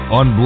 on